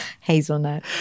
Hazelnut